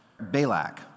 Balak